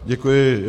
Děkuji.